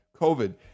COVID